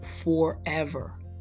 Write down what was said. forever